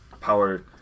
power